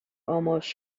almost